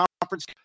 conference